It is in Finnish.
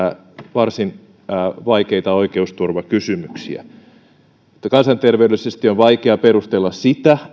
varsin vaikeita oikeusturvakysymyksiä mutta kansanterveydellisesti on vaikea perustella sitä